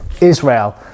Israel